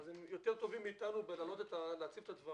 הם יותר טובים מאתנו בהצפת הדברים.